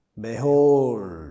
Behold